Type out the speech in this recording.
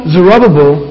Zerubbabel